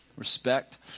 respect